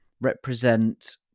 represent